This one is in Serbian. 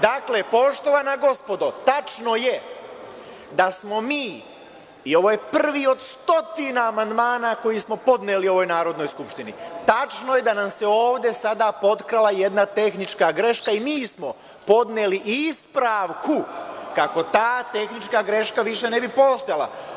Dakle, poštovana gospodo, tačno je da smo mi, i ovo je prvi od stotina amandmana koji smo podneli ovoj Narodnoj skupštini, tačno da nam se ovde sada potkrala jedna tehnička greška i mi smo podneli ispravku, kako ta tehnička greška više ne bi postojala.